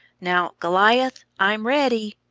now, goliath, i'm ready!